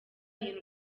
iyi